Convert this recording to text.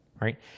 Right